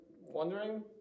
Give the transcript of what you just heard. wondering